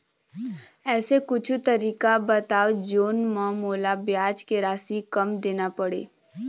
ऐसे कुछू तरीका बताव जोन म मोला ब्याज के राशि कम देना पड़े?